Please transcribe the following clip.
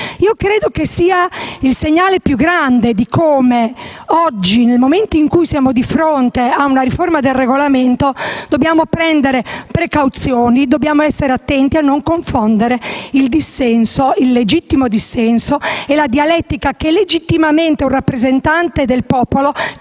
credo sia il segnale più grande di come oggi, nel momento in cui siamo di fronte a una riforma del Regolamento, dobbiamo prendere precauzioni ed essere attenti a non confondere il legittimo dissenso e la dialettica che legittimamente un rappresentante del popolo,